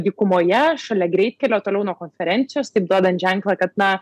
dykumoje šalia greitkelio toliau nuo konferencijos taip duodant ženklą kad na